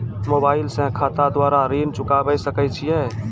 Mobile से खाता द्वारा ऋण चुकाबै सकय छियै?